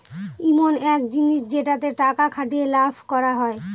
ইমন এক জিনিস যেটাতে টাকা খাটিয়ে লাভ করা হয়